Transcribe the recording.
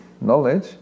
Knowledge